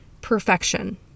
perfection